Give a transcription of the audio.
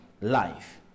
life